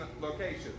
location